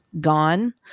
gone